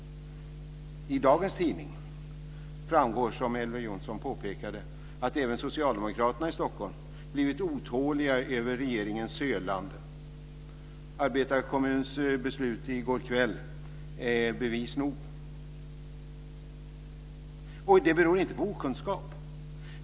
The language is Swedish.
Av dagens tidningar framgår, som Elver Jonsson påpekade, att även socialdemokraterna i Stockholm blivit otåliga över regeringens sölande. Arbetarkommunens beslut i går kväll är bevis nog. Det beror inte på okunskap.